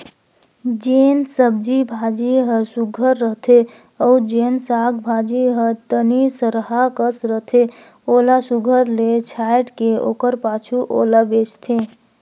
जेन सब्जी भाजी हर सुग्घर रहथे अउ जेन साग भाजी हर तनि सरहा कस रहथे ओला सुघर ले छांएट के ओकर पाछू ओला बेंचथें